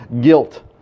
guilt